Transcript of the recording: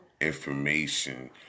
information